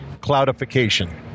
cloudification